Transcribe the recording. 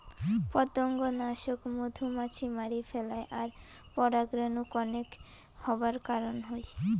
পতঙ্গনাশক মধুমাছি মারি ফেলায় আর পরাগরেণু কনেক হবার কারণ হই